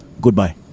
Goodbye